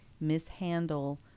mishandle